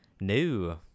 new